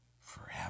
forever